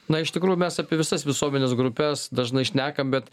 na iš tikrųjų mes apie visas visuomenės grupes dažnai šnekam bet